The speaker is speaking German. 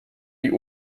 die